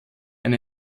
eine